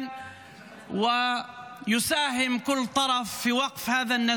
ויש עשרות אזעקות בצפון,